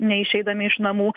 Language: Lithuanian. neišeidami iš namų